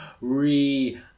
re